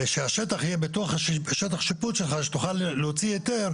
שהשטח יהיה בתוך שטח השיפוט שלך שתוכל להוציא היתר,